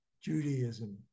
Judaism